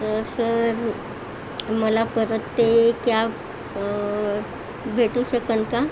तर सर मला परत ते कॅब भेटू शकेल का